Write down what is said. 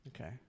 Okay